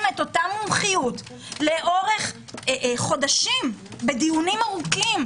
אותה מומחיות לאורך חודשים בדיונים ארוכים,